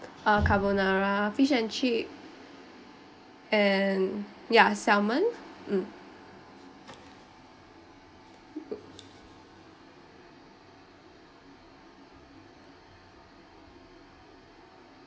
uh carbonara fish and chip and ya salmon mm